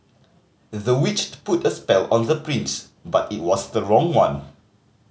the witch put a spell on the prince but it was the wrong one